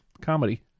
Comedy